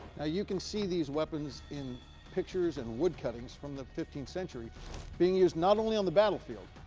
you can see these weapons in pictures and wood cuttings from the fifteenth century being used not only on the battlefield,